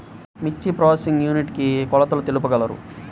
మిర్చి processing unit కి కొలతలు తెలుపగలరు?